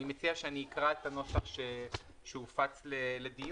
אני מציע שאני אקרא את הנוסח שהופץ לדיון.